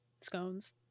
Scones